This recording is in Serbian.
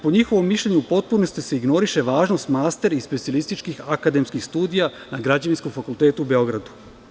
Po njihovom mišljenju se u potpunosti ignoriše važnost master i specijalističkih akademskih studija na Građevinskom fakultetu u Beogradu.